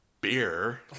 beer